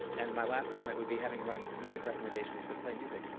and my last comment would be having run music recommendations for play music,